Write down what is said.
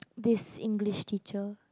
this English teacher